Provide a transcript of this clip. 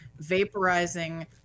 vaporizing